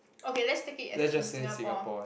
okay let's take it as in Singapore